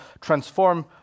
transform